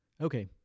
Okay